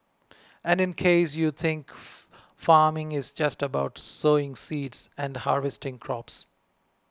and in case you think farming is just about sowing seeds and harvesting crops